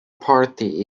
party